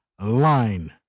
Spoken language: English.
line